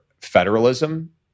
federalism